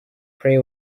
pray